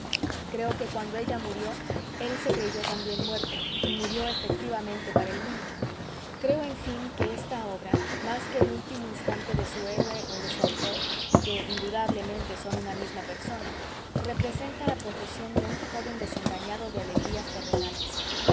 creo que cuando ella murió él se creyó también muerto y murió efectivamente para el mundo creo en fin que esta obra más que el último instante de su héroe o de su autor que indudablemente son una misma persona representa la profesión de un joven desengañado de alegrías terrenales